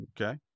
Okay